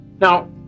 Now